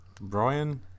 Brian